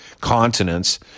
continents